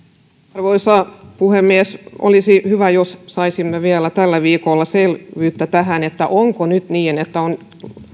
arvoisa puhemies olisi hyvä jos saisimme vielä tällä viikolla selvyyttä tähän että onko nyt niin että